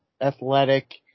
athletic